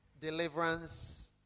deliverance